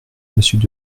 monsieur